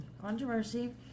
controversy